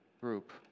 group